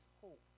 hope